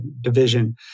division